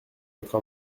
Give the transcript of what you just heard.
votre